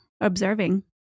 Observing